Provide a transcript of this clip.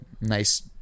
nice